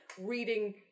reading